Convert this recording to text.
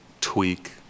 tweak